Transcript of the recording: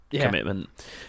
commitment